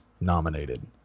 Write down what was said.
nominated